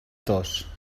tos